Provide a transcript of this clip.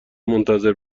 منتظر